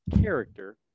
character